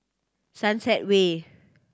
Sunset Way